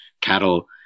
cattle